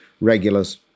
regulars